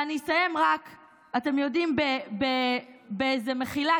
אני אסיים באיזו מחילה,